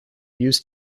used